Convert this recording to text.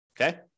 Okay